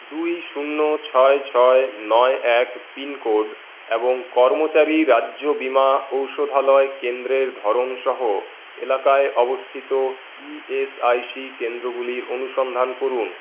দুই শূন্য ছয় ছয় নয় এক পিনকোড এবং কর্মচারী রাজ্য বীমা ঔষধালয় কেন্দ্রের ধরন সহ এলাকায় অবস্থিত ইএসআইসি কেন্দ্রগুলি অনুসন্ধান করুন